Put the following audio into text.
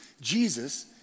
Jesus